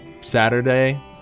Saturday